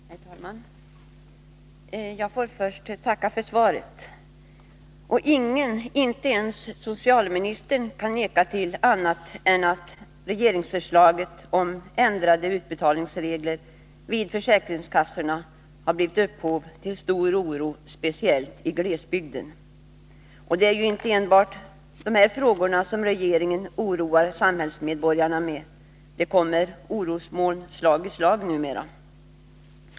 Herr talman! Jag får först tacka för svaret. Ingen, inte ens socialministern, kan neka till att regeringsförslaget om ändrade utbetalningsregler vid försäkringskassorna har givit upphov till stor oro, speciellt i glesbygden. Det är ju inte enbart dessa frågor som regeringen oroar samhällsmedborgarna med. Det kommer orosmoln slag i slag numera.